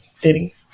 Diddy